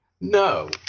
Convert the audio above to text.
No